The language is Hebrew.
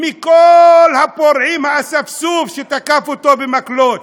מכל הפורעים, האספסוף שתקף אותו במקלות,